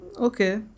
okay